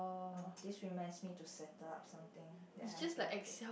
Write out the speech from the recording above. oh this reminds me to settle up something that I haven't paid